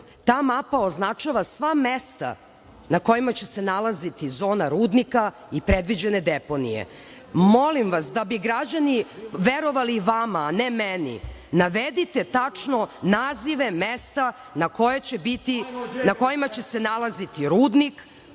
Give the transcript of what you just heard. ta mapa označava sva mesta na kojima će se nalaziti zona rudnika i predviđene deponije. Molim vas, da bi građani verovali vama, a ne meni, navedite tačno nazive mesta na kojima će se nalaziti rudnik,